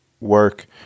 work